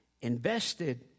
invested